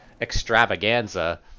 extravaganza